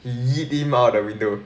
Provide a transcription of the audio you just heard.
he yeet him out of the window